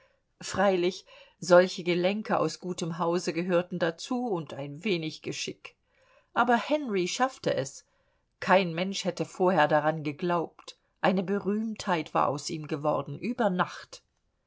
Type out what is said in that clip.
freilich solche gelenke aus gutem hause gehörten dazu und ein wenig geschick aber henry schaffte es kein mensch hätte vorher daran geglaubt eine berühmtheit war aus ihm geworden über nacht